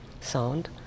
sound